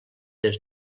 des